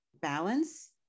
balance